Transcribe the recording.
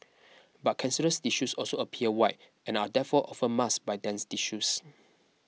but cancerous tissues also appear white and are therefore often masked by dense tissues